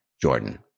Jordan